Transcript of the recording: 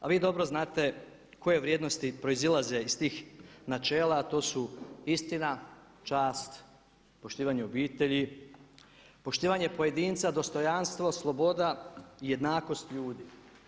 A vi dobro znate koje vrijednosti proizilaze iz tih načela, a to su istina, čast, poštivanje obitelji, poštivanje pojedinca, dostojanstvo, sloboda i jednakost ljudi.